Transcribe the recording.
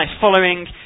following